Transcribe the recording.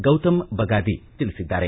ಗೌತಂ ಬಗಾದಿ ತಿಳಿಸಿದ್ದಾರೆ